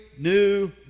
New